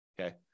okay